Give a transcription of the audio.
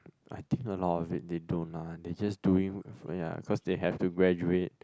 I think a lot of it they don't lah they just doing ya cause they have to graduate